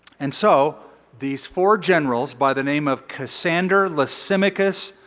and so these four generals, by the name of cassander, lysimachus,